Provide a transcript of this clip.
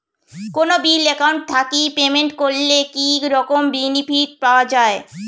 কোনো bill account থাকি payment করলে কি রকম বেনিফিট পাওয়া য়ায়?